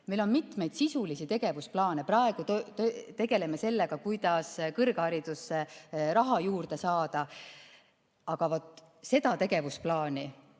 Meil on mitmeid sisulisi tegevusplaane, praegu tegeleme sellega, kuidas kõrgharidusse raha juurde saada. Aga vaat seda tegevusplaani